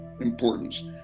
importance